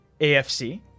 AFC